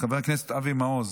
חבר הכנסת אבי מעוז,